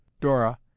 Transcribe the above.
Dora